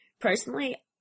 Personally